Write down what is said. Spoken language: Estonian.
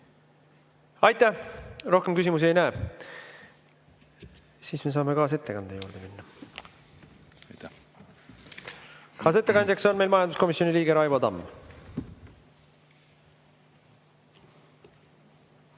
Tamm. Rohkem küsimusi ei näe. Siis me saame kaasettekande juurde minna. Kaasettekandjaks on meil majanduskomisjoni liige Raivo Tamm.